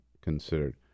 considered